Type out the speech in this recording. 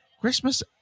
Christmas